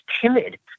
timid